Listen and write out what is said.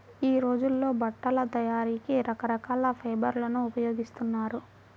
యీ రోజుల్లో బట్టల తయారీకి రకరకాల ఫైబర్లను ఉపయోగిస్తున్నారు